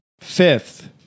fifth